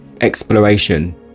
exploration